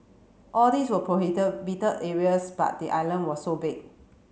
all these were areas but the island was so big